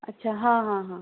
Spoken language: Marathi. अच्छा हां हां हां